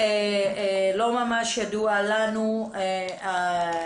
לא ממש ידוע לנו איך